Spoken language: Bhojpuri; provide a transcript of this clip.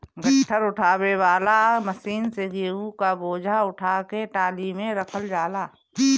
गट्ठर उठावे वाला मशीन से गेंहू क बोझा उठा के टाली में रखल जाला